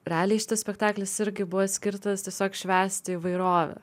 realiai šitas spektaklis irgi buvo skirtas tiesiog švęsti įvairovę